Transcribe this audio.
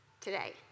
today